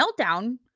meltdown